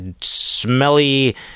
smelly